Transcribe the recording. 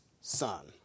son